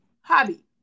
Hobby